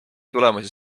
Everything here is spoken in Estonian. tulemusi